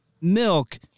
milk